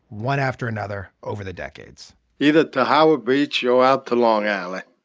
one after another, over the decades either to howard beach or out to long island.